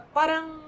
parang